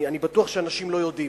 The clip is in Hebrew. אני בטוח שאנשים לא יודעים.